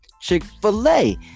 Chick-fil-A